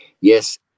yes